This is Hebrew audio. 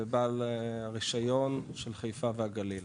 ובעל הרישיון של חיפה והגליל,